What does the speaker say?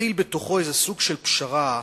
מכיל בתוכו סוג של פשרה,